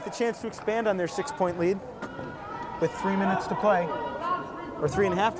with a chance to expand on their six point lead with three minutes to play or three and a half